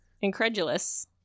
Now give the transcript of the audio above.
Incredulous